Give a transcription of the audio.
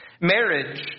marriage